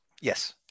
Yes